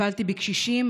טיפלתי בקשישים,